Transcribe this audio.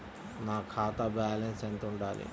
నా ఖాతా బ్యాలెన్స్ ఎంత ఉండాలి?